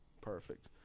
Perfect